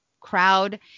crowd